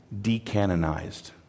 decanonized